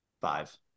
five